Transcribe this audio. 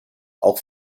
auch